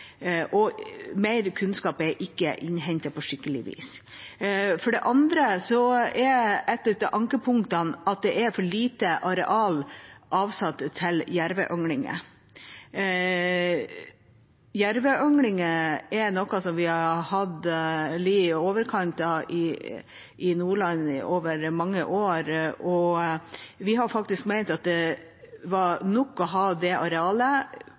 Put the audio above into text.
og mer kunnskap er ikke innhentet på skikkelig vis. Et annet av ankepunktene er at det er avsatt for lite areal til jerveynglinger. Når det gjelder jerveynglinger, har vi ligget i overkant i Nordland over mange år, og vi har faktisk ment at det var nok å ha det arealet